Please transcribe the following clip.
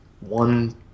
one